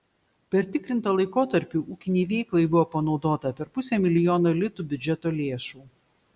per tikrintą laikotarpį ūkinei veiklai buvo panaudota per pusę milijono litų biudžeto lėšų